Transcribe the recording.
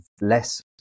less